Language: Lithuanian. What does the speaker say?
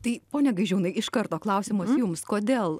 tai pone gaižiūnai iš karto klausimas jums kodėl